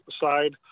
side